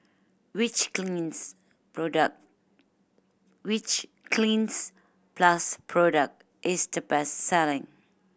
which Cleanz product which Cleanz Plus product is the best selling